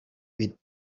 with